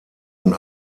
und